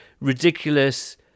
ridiculous